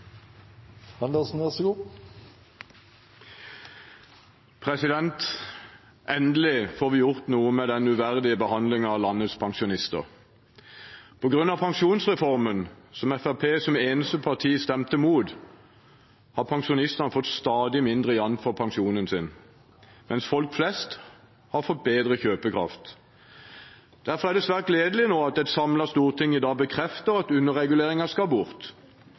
Endelig får vi gjort noe med den uverdige behandlingen av landets pensjonister. På grunn av pensjonsreformen, som Fremskrittspartiet som eneste parti stemte imot, har pensjonistene fått stadig mindre igjen for pensjonen sin, mens folk flest har fått bedre kjøpekraft. Derfor er det svært gledelig at et samlet storting i dag bekrefter at underreguleringer skal bort,